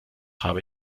habe